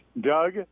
Doug